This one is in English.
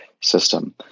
system